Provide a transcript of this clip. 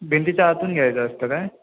भिंतीच्या आतून घ्यायचं असतं काय